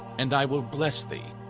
and i will bless thee,